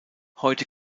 heute